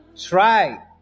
try